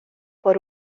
por